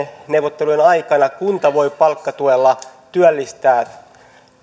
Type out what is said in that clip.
neuvottelujen aikana kunta voi palkkatuella työllistää